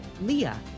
Leah